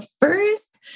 first